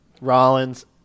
Rollins